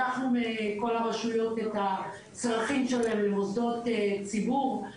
לקחנו מכל הרשויות את הצרכים שלהן למוסדות ציבור,